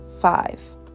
five